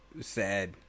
sad